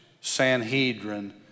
Sanhedrin